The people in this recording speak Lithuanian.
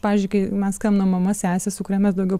pavyzdžiui kai mes skambinam mama sesė su kuria mes daugiau